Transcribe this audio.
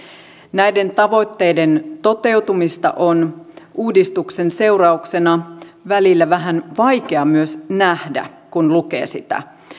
näiden tavoitteiden toteutumista on uudistuksen seurauksena välillä vähän vaikea myös nähdä kun lukee sitä